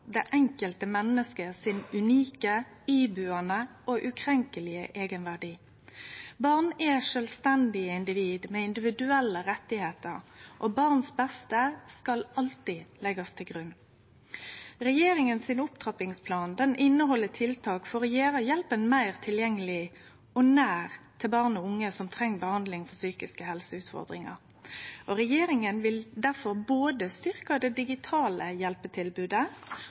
det enkelte menneskets unike, ibuande og ukrenkelege eigenverdi. Barn er sjølvstendige individ med individuelle rettar, og barns beste skal alltid leggjast til grunn. Regjeringas opptrappingsplan inneheld tiltak for å gjere hjelpa meir tilgjengeleg og nær for barn og unge som treng behandling for psykiske helseutfordringar. Regjeringa vil difor både styrkje det digitale hjelpetilbodet